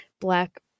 black